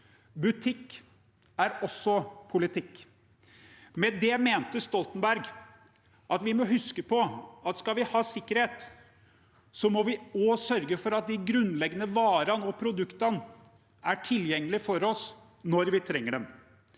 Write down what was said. butikk er også politikk. Med det mente Stoltenberg at vi må huske på at skal vi ha sikkerhet, må vi også sørge for at de grunnleggende varene og produktene er tilgjengelig for oss når vi trenger dem.